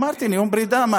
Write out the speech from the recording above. אמרתי, נאום פרידה.